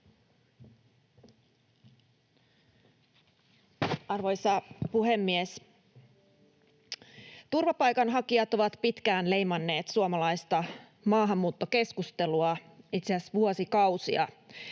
Arvoisa puhemies! Turvapaikanhakijat ovat pitkään leimanneet suomalaista maahanmuuttokeskustelua, itse asiassa vuosikausia